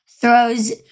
throws